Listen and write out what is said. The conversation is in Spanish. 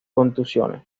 contusiones